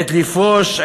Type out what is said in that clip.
עת לפרוץ,